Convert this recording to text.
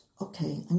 okay